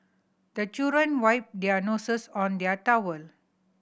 the children wipe their noses on their towel